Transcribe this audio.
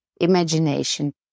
imagination